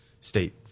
state